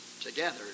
together